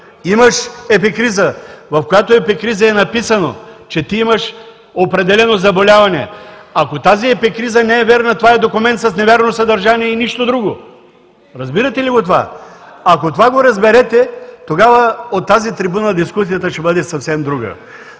Имаш епикриза, в която е написано, че имаш определено заболяване, ако тази епикриза не е вярна, това е документ с невярно съдържание и нищо друго. Разбирате ли го това? Ако разберете това, тогава от тази трибуна дискусията ще бъде съвсем друга.